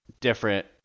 different